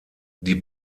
die